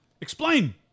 Explain